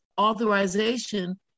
authorization